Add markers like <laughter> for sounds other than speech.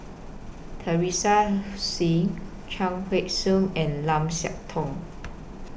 Teresa <noise> Hsu Chuang Hui Tsuan and Lim Siah Tong